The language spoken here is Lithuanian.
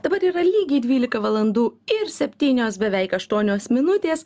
dabar yra lygiai dvylika valandų ir septynios beveik aštuonios minutės